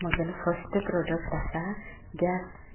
म्हगेलो first product आसा gas